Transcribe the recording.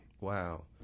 Wow